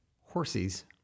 horses